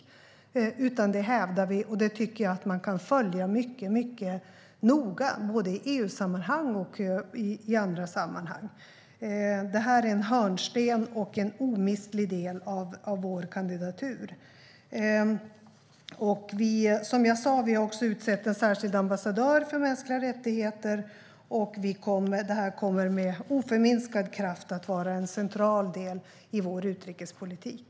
Detta hävdar vi, och det tycker jag att man kan följa mycket noga både i EU-sammanhang och i andra sammanhang. Detta är en hörnsten och en omistlig del av vår kandidatur. Som jag sa har vi också utsett en särskild ambassadör för mänskliga rättigheter, och detta kommer med oförminskad kraft att vara en central del i vår utrikespolitik.